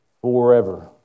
forever